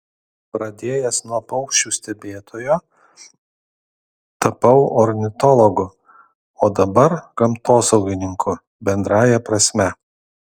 pradėjęs nuo paukščių stebėtojo tapau ornitologu o dabar gamtosaugininku bendrąja prasme